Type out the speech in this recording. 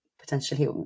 Potentially